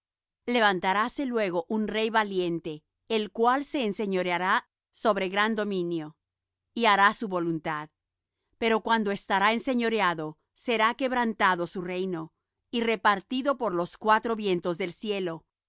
javán levantaráse luego un rey valiente el cual se enseñoreará sobre gran dominio y hará su voluntad pero cuando estará enseñoreado será quebrantado su reino y repartido por los cuatro vientos del cielo y